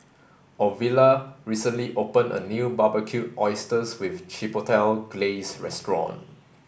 Ovila recently open a new Barbecued Oysters with Chipotle Glaze restaurant